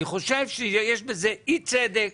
אני חושב שיש בזה אי צדק,